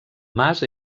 mas